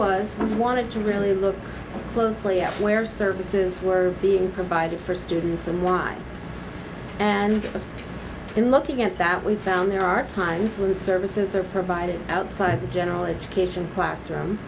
was wanted to really look closely at where services were being provided for students and why and in looking at that we found there are times when services are provided outside the general education classroom